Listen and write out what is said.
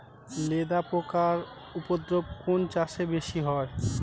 লেদা পোকার উপদ্রব কোন চাষে বেশি হয়?